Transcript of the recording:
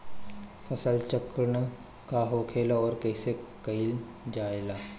फसल चक्रण का होखेला और कईसे कईल जाला?